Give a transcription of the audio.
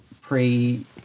pre